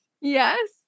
Yes